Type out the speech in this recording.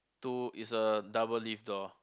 two is a double lift door